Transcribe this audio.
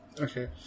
Okay